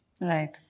Right